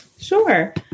Sure